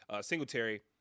Singletary